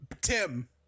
Tim